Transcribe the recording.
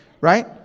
right